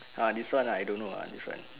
ah this one I don't know lah this one